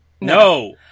No